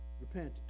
Repent